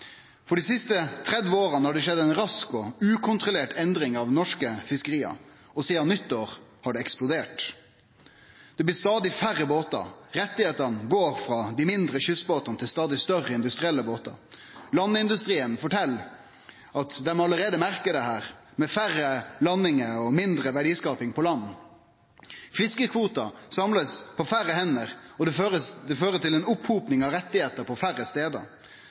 for dei siste 30 åra har det skjedd ei rask og ukontrollert endring av norske fiskeri, og sidan nyttår har det eksplodert. Det blir stadig færre båtar. Rettane går frå dei mindre kystbåtane til stadig større industrielle båtar. Landindustrien fortel at dei allereie merkar dette – med færre landingar og mindre verdiskaping på land. Fiskekvotar blir samla på færre hender, og det fører til ei opphoping av rettar på færre stader.